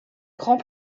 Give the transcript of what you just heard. grands